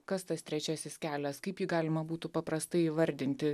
kas tas trečiasis kelias kaip jį galima būtų paprastai įvardinti